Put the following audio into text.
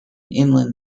inland